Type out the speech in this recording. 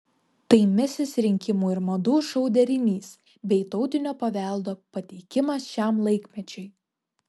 tai misis rinkimų ir madų šou derinys bei tautinio paveldo pateikimas šiam laikmečiui